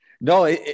No